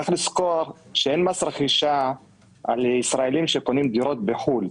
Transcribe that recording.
צריך לזכור שאין מס רכישה על ישראלים שקונים דירות בחו"ל,